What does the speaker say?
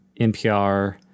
NPR